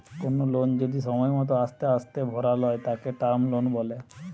কোনো লোন যদি সময় মতো আস্তে আস্তে ভরালয় তাকে টার্ম লোন বলে